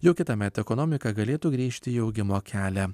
jau kitąmet ekonomika galėtų grįžti į augimo kelią